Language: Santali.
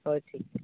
ᱦᱳᱭ ᱴᱷᱤᱠ ᱜᱮᱭᱟ